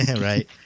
Right